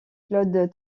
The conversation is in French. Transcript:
claude